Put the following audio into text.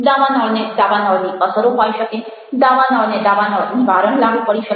દાવાનળ ને દાવાનળની અસરો હોઈ શકે દાવાનળને દાવાનળ નિવારણ લાગુ પડી શકે